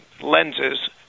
lenses